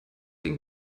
den